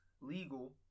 legal